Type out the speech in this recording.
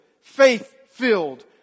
faith-filled